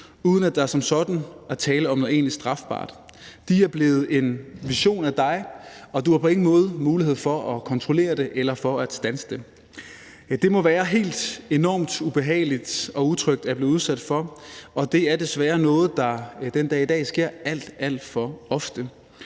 uden at der som sådan er tale om noget egentlig strafbart. De er blevet en version af dig, og du har på ingen måde mulighed for at kontrollere det eller for at standse det. Det må være helt enormt ubehageligt og utrygt at blive udsat for, og det er desværre noget, der den dag i dag sker alt, alt for ofte.